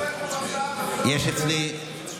השר, הם נותנים לך היום דיווחים, ראשי הקופות?